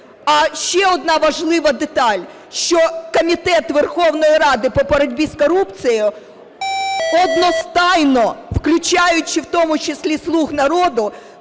А ще одна важлива деталь. Що Комітет Верховної Ради по боротьбі з корупцією одностайно, включаючи в тому числі "Слуг народу",